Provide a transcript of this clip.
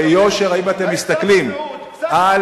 ביושר אם אתם מסתכלים על